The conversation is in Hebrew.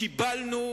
קיבלנו